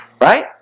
right